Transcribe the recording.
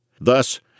Thus